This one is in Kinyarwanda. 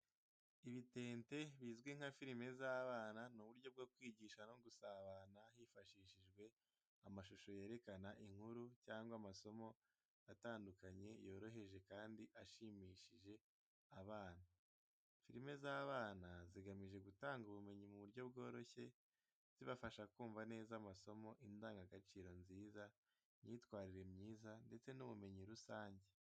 Ibitente bizwi nka firime z’abana ni uburyo bwo kwigisha no gusabana hifashishijwe amashusho yerekana inkuru cyangwa amasomo atandukanye yoroheje kandi ashimishije abana. Firime z’abana zigamije gutanga ubumenyi mu buryo bworoshye, zibafasha kumva neza amasomo, indangagaciro nziza, imyitwarire myiza ndetse n’ubumenyi rusange.